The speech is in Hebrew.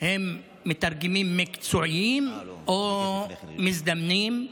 הם מתרגמים מקצועיים או מזדמנים?